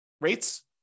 rates